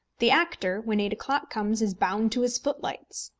the actor, when eight o'clock comes, is bound to his footlights.